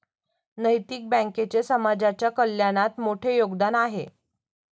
नैतिक बँकेचे समाजाच्या कल्याणात मोठे योगदान आहे